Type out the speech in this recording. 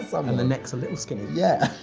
um and the neck's a little skinny. yeah.